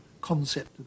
concept